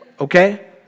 okay